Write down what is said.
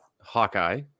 Hawkeye